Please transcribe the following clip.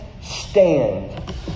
stand